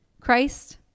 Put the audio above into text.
Christ